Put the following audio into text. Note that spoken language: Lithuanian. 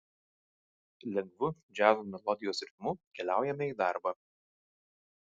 lengvu džiazo melodijos ritmu keliaujame į darbą